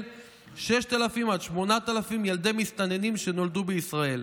6,000 8,000 ילדי מסתננים שנולדו בישראל.